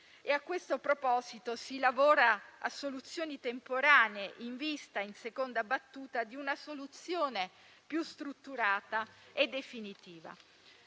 A questo proposito si lavora a soluzioni temporanee in vista, in seconda battuta, di una soluzione più strutturata e definitiva.